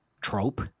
trope